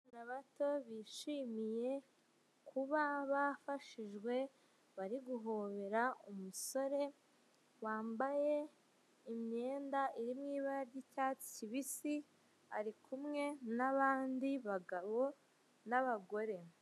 Abana bato bishimiye kuba bafashijwe, bari guhobera umusore wambaye imyenda iri mu ibara ry'icyatsi kibisi, ari kumwe n'abandi bagabo n'abagore.